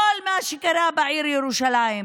כל מה שקרה בעיר ירושלים,